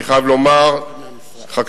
אני חייב לומר שחקלאים,